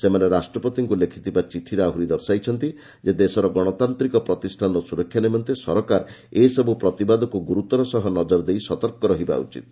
ସେମାନେ ରାଷ୍ଟ୍ରପତିଙ୍କୁ ଲେଖିଥିବା ଚିଠିରେ ଆହୁରି ଦର୍ଶାଇଛନ୍ତି ଯେ ଦେଶର ଗଣତାନ୍ତିକ ପ୍ରତିଷ୍ଠାନର ସୁରକ୍ଷା ନିମନ୍ତେ ସରକାର ଏସବୁ ପ୍ରତିବାଦକୁ ଗୁରୁତର ସହ ନଜର ଦେଇ ସତର୍କ ରହିବା ଉଚିତ